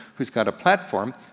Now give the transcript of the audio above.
who's got a platform,